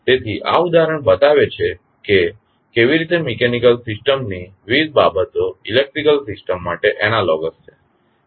તેથી આ ઉદાહરણ બતાવે છે કે કેવી રીતે મિકેનીકલ સિસ્ટમની વિવિધ બાબતો ઇલેક્ટ્રીકલ સિસ્ટમ માટે એનાલોગસ છે